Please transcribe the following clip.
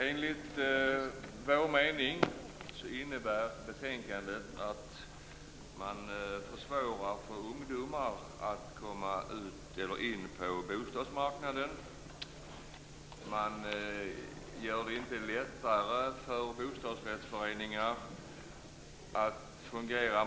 Enligt vår mening innebär betänkandet att man försvårar för ungdomar att komma in på bostadsmarknaden. Man gör det heller inte lättare för bostadsrättsföreningar att fungera.